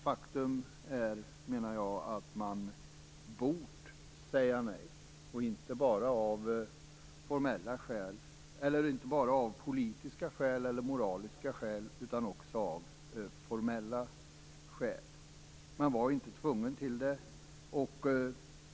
Faktum är, menar jag, att man bort säga nej - inte bara av politiska eller moraliska skäl utan också av formella skäl. Man var inte tvungen till det.